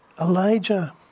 Elijah